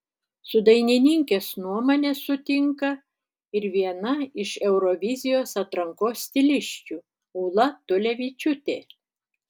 su dainininkės nuomone sutinka ir viena iš eurovizijos atrankos stilisčių ūla tulevičiūtė